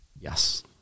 Yes